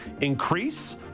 increase